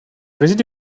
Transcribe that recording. réside